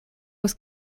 was